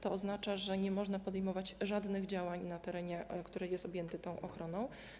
To oznacza, że nie można podejmować żadnych działań na terenie, który jest objęty tą ochroną.